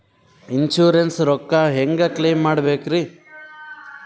Insurance ರೊಕ್ಕ ಹೆಂಗ claim ಮಾಡ್ಬೇಕ್ರಿ?